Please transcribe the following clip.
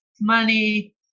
money